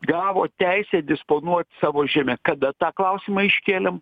gavo teisę disponuot savo žeme kada tą klausimą iškėlėm